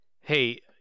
hey